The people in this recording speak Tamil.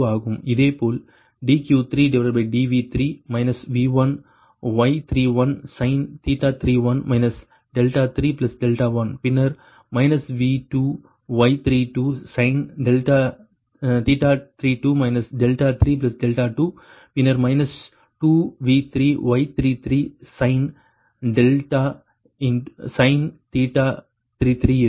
இதேபோல் dQ3dV3 V1Y31sin 31 31 பின்னர் V2Y32sin 32 32 பின்னர் 2V3Y33sin sin 33 இருக்கும்